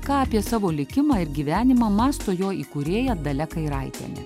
ką apie savo likimą ir gyvenimą mąsto jo įkūrėja dalia kairaitienė